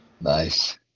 Nice